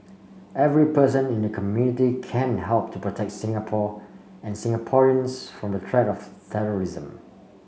every person in the community can help to protect Singapore and Singaporeans from the threat of terrorism